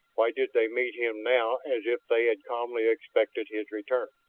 why did they meet him now as if they had calmly expected his return?